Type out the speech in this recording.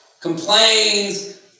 Complains